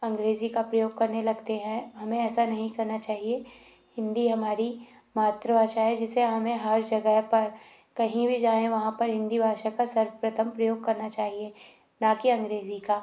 अंग्रेजी का प्रयोग करने लगते हैं हमें ऐसा नहीं करना चाहिए हिंदी हमारी मातृभाषा है जिसे हमें हर जगह पर कहीं भी जाएँ वहाँ पर हिंदी भाषा का सर्वप्रथम प्रयोग करना चाहिए ना कि अंग्रेजी का